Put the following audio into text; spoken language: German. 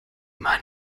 immer